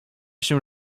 się